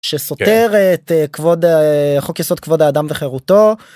שסותר את כבוד החוק יסוד, כבוד האדם וחירותו.